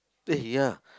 eh ya